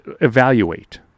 evaluate